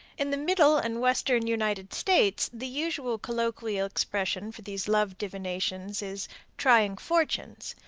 in the middle and western united states the usual colloquial expression for these love divinations is trying fortunes.